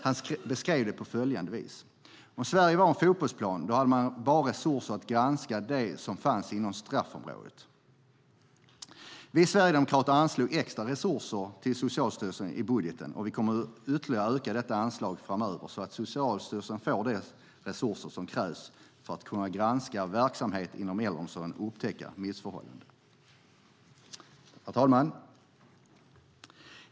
Han beskrev det på följande vis: Om Sverige var en fotbollsplan skulle man bara ha resurser att granska det som fanns inom straffområdet. Vi sverigedemokrater anslog extra resurser till Socialstyrelsen i budgeten, och vi kommer att öka detta anslag ytterligare framöver, så att Socialstyrelsen får de resurser som krävs för att de ska kunna granska verksamheter inom äldreomsorgen och upptäcka missförhållanden. Herr talman!